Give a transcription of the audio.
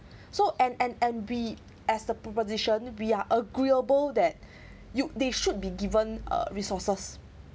so and and and we as the proposition we are agreeable that you they should be given uh resources